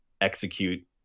execute